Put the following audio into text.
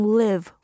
live